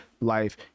life